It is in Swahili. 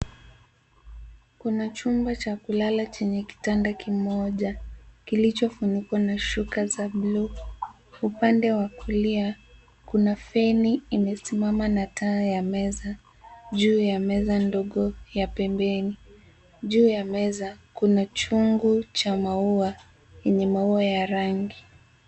Kuna chumba cha kulala chenye kitanda kimoja kilichofunikwa na shuka za bluu. Upande wa kulia kuna feni imesimama na taa ya meza juu ya meza ndogo ya pembeni. Juu ya meza kuna chungu cha maua yenye maua ya rangi.